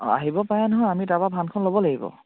অঁ আহিব পাৰে নহয় আমি তাৰ পৰা ভানখন ল'ব লাগিব